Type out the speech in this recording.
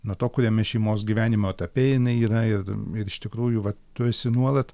nuo to kuriame šeimos gyvenimo etape jinai yra ir ir iš tikrųjų tu esi nuolat